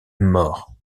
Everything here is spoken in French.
mort